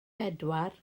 bedwar